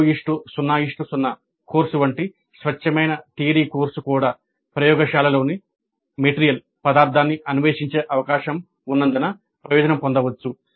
3 0 0 course వంటి స్వచ్ఛమైన theory course కూడా ప్రయోగశాలలోని పదార్థాన్ని అన్వేషించే అవకాశం ఉన్నందున ప్రయోజనం పొందవచ్చు